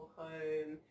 home